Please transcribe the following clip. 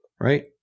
Right